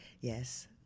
Yes